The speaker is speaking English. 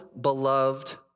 beloved